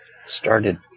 started